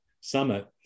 summit